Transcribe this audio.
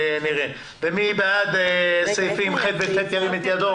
מי בעד אישור סעיפים קטנים (ח) ו-(ט)?